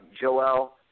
Joel